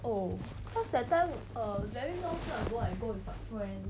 oh cause that time err very long time ago I go with my friend